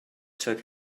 took